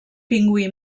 pingüí